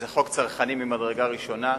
זה חוק צרכני ממדרגה ראשונה,